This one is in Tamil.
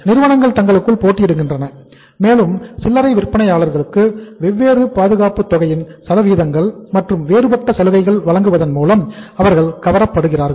நிறுவனங்கள் தங்களுக்குள் போட்டியிடுகின்றனர் மேலும் சில்லறை விற்பனையாளர்களுக்கு வெவ்வேறு பாதுகாப்பு தொகையின் சதவீதங்கள் மற்றும் வேறுபட்ட சலுகைகள் வழங்குவதன் மூலம் அவர்கள் கவரப்படுகிறார்கள்